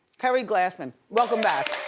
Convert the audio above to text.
keri glassman, welcome back.